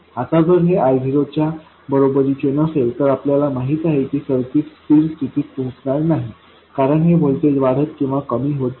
आता जर हे I0 च्या बरोबरीचे नसेल तर आपल्याला माहित आहे की सर्किट स्थिर स्थितीत पोहोचणार नाही कारण हे व्होल्टेज वाढत किंवा कमी होत जाईल